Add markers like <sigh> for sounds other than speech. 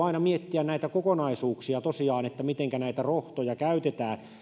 <unintelligible> aina miettiä näitä kokonaisuuksia tosiaan että mitenkä näitä rohtoja käytetään